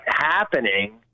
happening